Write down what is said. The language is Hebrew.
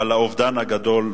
על האובדן הגדול והנוראי.